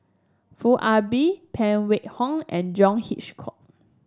Foo Ah Bee Phan Wait Hong and John Hitchcock